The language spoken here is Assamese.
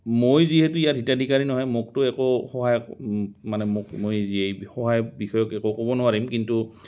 মই যিহেতু ইয়াৰ হিতাধিকাৰী নহয় মোকতো একো সহায় মানে মোক মই যি এই সহায় বিষয়ক একো ক'ব নোৱাৰিম কিন্তু